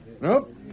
Nope